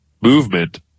movement